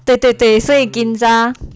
对对对所以 ginza